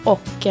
Och